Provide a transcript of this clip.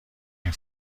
این